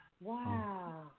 Wow